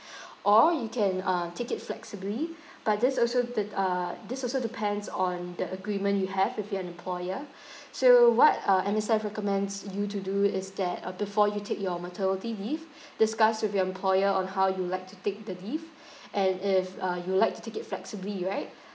or you can uh take it flexibly but this also de~ uh this also depends on the agreement you have with your employer so what uh M_S_F recommends you to do is that uh before you take your maternity leave discuss with your employer on how you would like to take the leave and if uh you would like to take it flexibly right